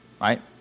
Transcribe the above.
right